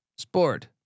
sport